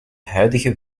huidige